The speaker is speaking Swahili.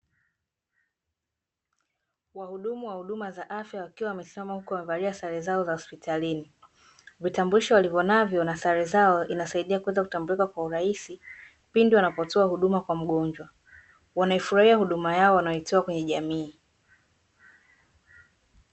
Wahudumu wa huduma za afya wakiwa wamesimama huku wamevalia sare zao za hospitalini. Vitambulisho walivyonavyo na sare zao, inasaidia kuweza kutambulika kwa urahisi pindi wanapotoa huduma kwa mgonjwa. Wanaifurahia huduma yao wanayoitoa kwenye jamii.